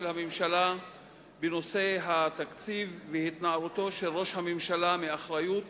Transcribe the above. הממשלה בנושא התקציב והתנערותו של ראש הממשלה מאחריות